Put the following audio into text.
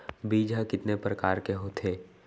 बीज ह कितने प्रकार के होथे?